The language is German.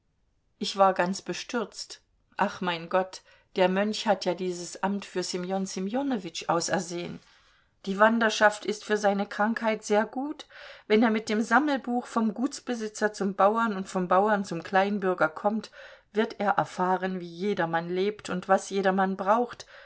ich war ganz bestürzt ach mein gott der mönch hat ja dieses amt für ssemjon ssemjonowitsch ausersehen die wanderschaft ist für seine krankheit sehr gut wenn er mit dem sammelbuch vom gutsbesitzer zum bauern und vom bauern zum kleinbürger kommt wird er erfahren wie jedermann lebt und was jedermann braucht